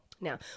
Now